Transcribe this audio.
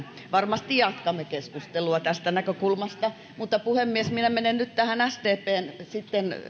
varmasti jatkamme keskustelua tästä näkökulmasta puhemies menen nyt tähän sdpn